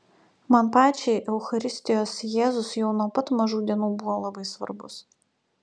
man pačiai eucharistijos jėzus jau nuo pat mažų dienų buvo labai svarbus